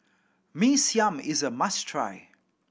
Mee Siam is a must try